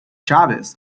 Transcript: chavez